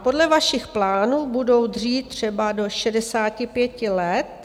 Podle vašich plánů budou dřít třeba do 65 let.